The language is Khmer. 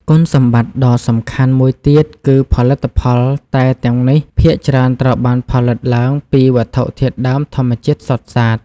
គុណសម្បត្តិដ៏សំខាន់មួយទៀតគឺផលិតផលតែទាំងនេះភាគច្រើនត្រូវបានផលិតឡើងពី វត្ថុធាតុដើមធម្មជាតិសុទ្ធសាធ ។